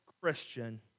Christian